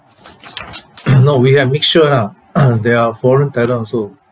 no we have mixture lah there are foreign talent also